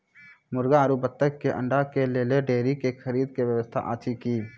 मुर्गी आरु बत्तक के अंडा के लेल डेयरी के खरीदे के व्यवस्था अछि कि?